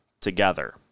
together